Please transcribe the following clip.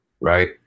Right